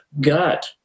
gut